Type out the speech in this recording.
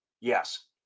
Yes